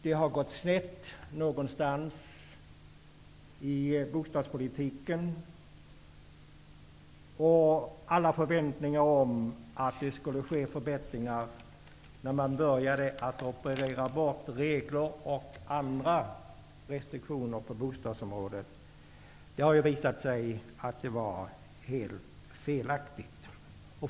Det har gått snett någonstans i bostadspolitiken, och det har visat sig att förväntningarna om att det skulle ske förbättringar när man började operera bort regler och andra restriktioner på bostadsområdet var helt felaktiga.